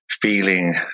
feeling